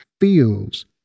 feels